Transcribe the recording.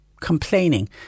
complaining